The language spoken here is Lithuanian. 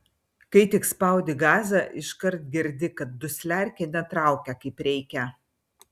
kai tik spaudi gazą iškart girdi kad dusliarkė netraukia kaip reikia